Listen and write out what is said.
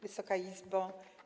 Wysoka Izbo!